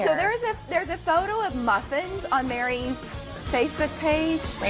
so there's ah there's a photo of muffins on mary's facebook page.